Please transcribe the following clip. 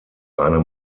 eine